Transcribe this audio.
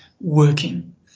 working